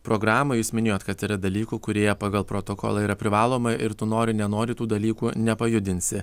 programą jūs minėjot kad yra dalykų kurie pagal protokolą yra privaloma ir tu nori nenori tų dalykų nepajudinsi